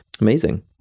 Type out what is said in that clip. Amazing